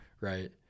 right